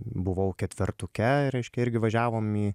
buvau ketvertuke reiškia irgi važiavom į